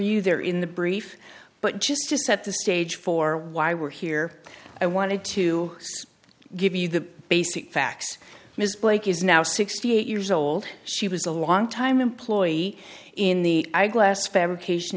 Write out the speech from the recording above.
you there in the brief but just to set the stage for why we're here i wanted to give you the basic facts miss blake is now sixty eight years old she was a longtime employee in the eyeglass fabrication